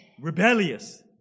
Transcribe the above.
rebellious